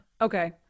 Okay